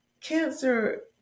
cancer